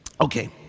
okay